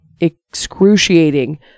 excruciating